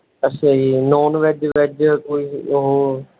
ਅੱਛਾ ਜੀ non veg veg ਕੋਈ ਉਹ